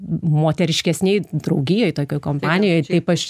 moteriškesnėj draugijoj tokioj kompanijoj kaip aš čia